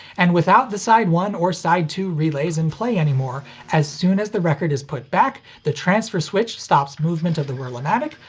and without the side one or side two relays in play anymore, as soon as the record is put back, the transfer switch stops movement of the wurlamatic,